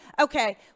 Okay